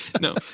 no